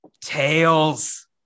Tails